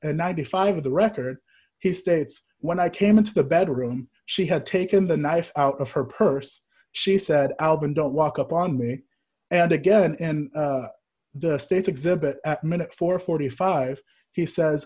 and ninety five the record he states when i came into the bedroom she had taken the knife out of her purse she said alvan don't walk up on me and again and the state's exhibit a minute for forty five he says